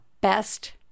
best